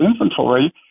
inventory